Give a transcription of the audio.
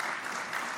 (חותם על ההצהרה)